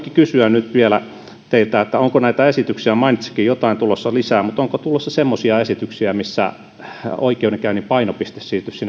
kysyä vielä teiltä onko näitä esityksiä mainitsittekin jotain tulossa lisää onko tulossa semmoisia esityksiä missä oikeudenkäynnin painopiste